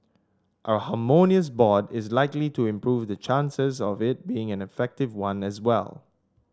a harmonious board is likely to improve the chances of it being an effective one as well